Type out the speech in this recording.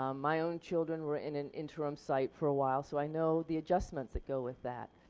um my own children were in an interim site for a while, so i know the adjustments that go with that.